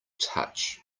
touch